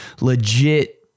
legit